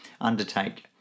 undertake